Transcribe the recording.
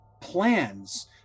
plans